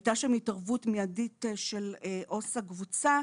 הייתה שם התערבות מידית של עו"ס הקבוצה.